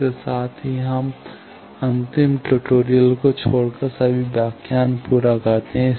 इसके साथ हम अंतिम ट्यूटोरियल को छोड़कर सभी व्याख्यान पूरा करते हैं